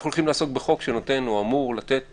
אנחנו הולכים לעסוק בחוק שנותן או אמור לתת